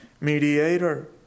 mediator